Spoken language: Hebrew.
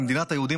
במדינת היהודים,